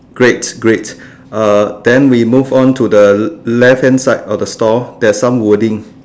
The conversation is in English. great great then we move on to the left hand side of the store there's some wording